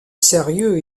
sérieux